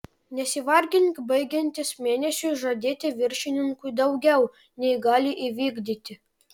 nesivargink baigiantis mėnesiui žadėti viršininkui daugiau nei gali įvykdyti